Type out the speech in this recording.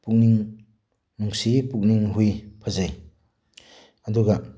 ꯄꯨꯛꯅꯤꯡ ꯅꯨꯡꯁꯤ ꯄꯨꯛꯅꯤꯡ ꯍꯨꯏ ꯐꯖꯩ ꯑꯗꯨꯒ